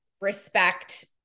respect